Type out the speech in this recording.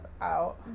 out